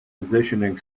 positioning